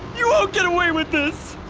you won't get away with this!